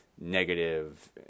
negative